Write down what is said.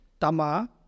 Tama